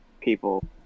People